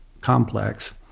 complex